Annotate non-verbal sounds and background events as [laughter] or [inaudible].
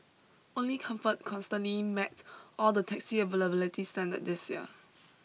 only comfort consistently met all the taxi [unintelligible] standards this year